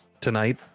tonight